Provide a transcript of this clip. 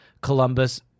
Columbus